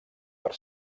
per